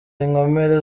inkomere